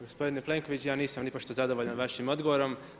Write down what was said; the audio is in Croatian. Gospodine Plenković, ja nisam nipošto zadovoljan vašim odgovorom.